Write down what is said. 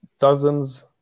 dozens